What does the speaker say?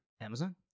Amazon